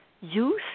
use